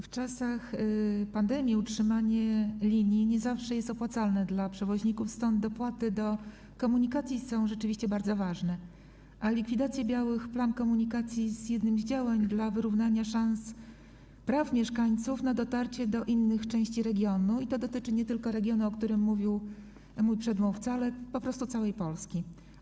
W czasach pandemii utrzymanie linii nie zawsze jest opłacalne dla przewoźników, stąd dopłaty do komunikacji są rzeczywiście bardzo ważne, zaś likwidacja białych plam komunikacji jest jednym z działań mających na celu wyrównanie szans, praw mieszkańców do dotarcia do innych części regionu, i to dotyczy nie tylko regionu, o którym mówił mój przedmówca, ale po prostu całej Polski.